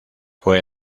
fue